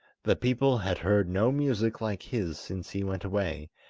the people had heard no music like his since he went away,